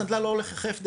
הסנדלר לא הולך יחף,